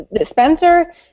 Spencer